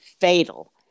fatal